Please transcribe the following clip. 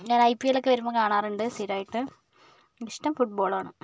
ഞാൻ I P L ഒക്കെ വരുമ്പോൾ കാണാറുണ്ട് സ്ഥിരമായിട്ട് ഇഷ്ടം ഫുട്ബോളാണ്